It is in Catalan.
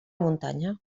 muntanya